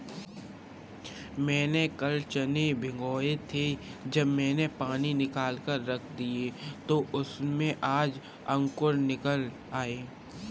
मैंने कल चने भिगोए थे जब मैंने पानी निकालकर रख दिया तो उसमें आज अंकुर निकल आए